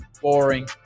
boring